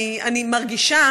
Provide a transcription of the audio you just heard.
אני מרגישה